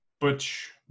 butch